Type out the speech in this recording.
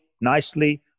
nicely